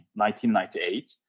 1998